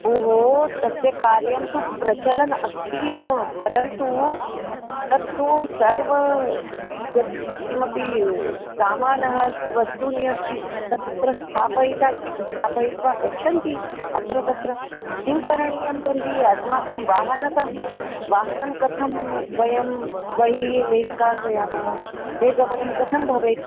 भोः तस्य कार्यं तु प्रचलत् अस्ति एव परन्तु तत्तु सर्वं यत् किमपि समानम् अस्ति वस्तूनि अस्ति तत् तत्र स्थापयिता स्थापयित्वा गच्छन्ति अत्र तत्र किं करणीयं तर्हि अस्माकं वाहनं वाहनं कथं वयं बहिः निष्कासयामः बहिर्गमनं कथं भवेत्